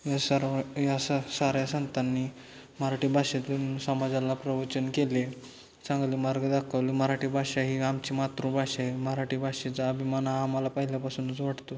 या सर्व या सा साऱ्या संतांनी मराठी भाषेतून समाजाला प्रवचन केले चांगले मार्ग दाखवले मराठी भाषा ही आमची मातृभाषा आहे मराठी भाषेचा अभिमान हा आम्हाला पहिल्यापासूनच वाटतो